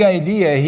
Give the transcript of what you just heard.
idea